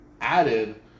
added